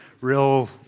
real